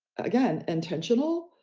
again, intentional,